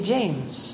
James